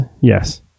yes